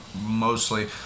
mostly